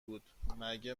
بود، مگه